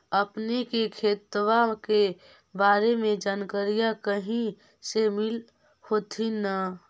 अपने के खेतबा के बारे मे जनकरीया कही से मिल होथिं न?